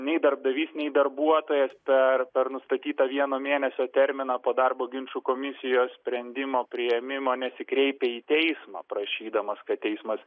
nei darbdavys nei darbuotojas per per nustatytą vieno mėnesio terminą po darbo ginčų komisijos sprendimo priėmimo nesikreipia į teismą prašydamas kad teismas